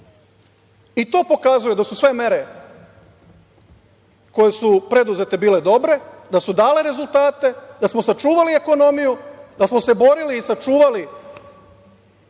To pokazuje da su sve mere koje su preduzete bile dobre, da su dale rezultate, da smo sačuvali ekonomiju, da smo se borili i sačuvali